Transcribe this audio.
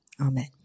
Amen